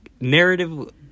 Narrative